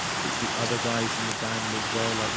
the the other guys in the band as well, like